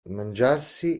mangiarsi